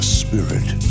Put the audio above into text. spirit